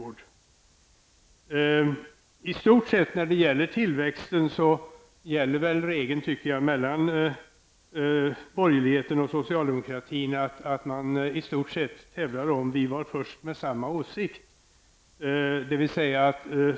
I stort sett verkar det som att borgerligheten och socialdemokratin i fråga om tillväxten tävlar om vem som var först med den nu gemensamma åsikten.